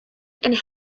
and